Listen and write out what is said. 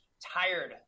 tired